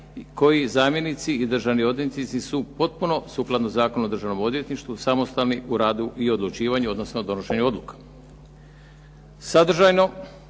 koji zamjenici i državni odvjetnici su potpuno sukladno Zakonu o državnom odvjetništvu samostalni u radu i odlučivanju, odnosno donošenju odluka. Sadržajno